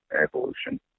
evolution